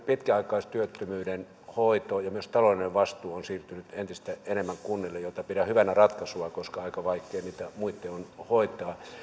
pitkäaikaistyöttömyyden hoito ja myös taloudellinen vastuu on siirtynyt entistä enemmän kunnille mitä pidän hyvänä ratkaisuna koska aika vaikea niitä muitten on hoitaa